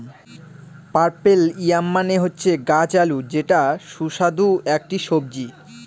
purple yam মানে হচ্ছে গাছ আলু যেটা সুস্বাদু একটি সবজি